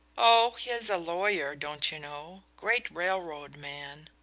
oh, he is a lawyer, don't you know great railroad man.